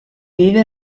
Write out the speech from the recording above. vive